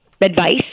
advice